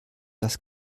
das